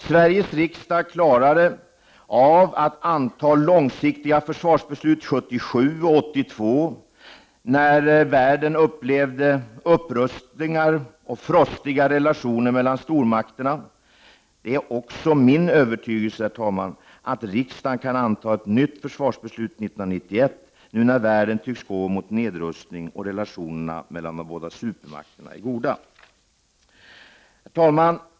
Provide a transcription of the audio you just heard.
Sveriges riksdag klarade av att anta långsiktiga försvarsbeslut 1977 och 1982, när världen upplevde upprustningar och frostiga relationer mellan stormakterna. Det är också min övertygelse, herr talman, att riksdagen kan anta ett nytt försvarsbeslut 1991 — nu när världen tycks gå mot nedrustning och relationerna mellan de båda supermakterna är goda. Herr talman!